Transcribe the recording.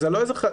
זה לא חדש.